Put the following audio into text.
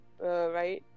right